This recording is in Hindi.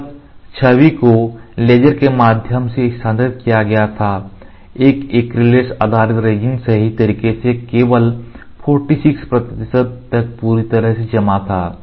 जब छवि को लेजर के माध्यम से स्थानांतरित किया गया था तब एक्रिलेट् आधारित रेजिन सही तरीके से केवल 46 प्रतिशत तक पूरी तरह से जमा था